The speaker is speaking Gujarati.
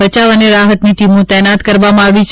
બચાવ અને રાહતની ટીમો તૈનાત કરવામાં આવી છે